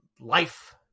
life